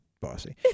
Bossy